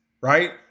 right